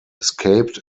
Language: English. escaped